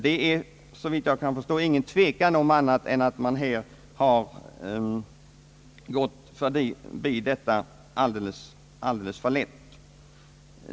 Det är, såvitt jag kan förstå, ingen tvekan om att man har gått förbi detta alldeles för lätt.